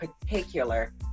particular